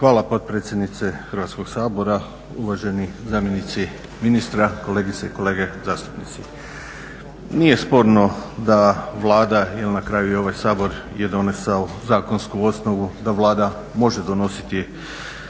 Hvala potpredsjednice Hrvatskog sabora, uvaženi zamjenici ministra, kolegice i kolege zastupnici. Nije sporno da Vlada ili na kraju i ovaj Sabor je donesao svoju zakonsku osnovu da Vlada može donositi